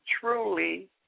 truly